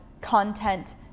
content